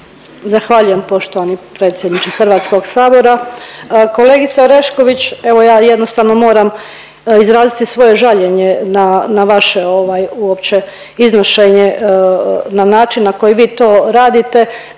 Zahvaljujem poštovani predsjedniče Hrvatskog sabora. Kolegice Orešković evo ja jednostavno moram izraziti svoje žaljenje na vaše uopće iznošenje, na način na koji vi to radite.